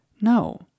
No